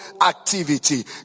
activity